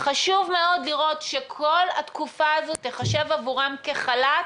חשוב מאוד לראות שכל התקופה הזאת תיחשב עבורם כחל"ת